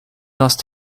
dust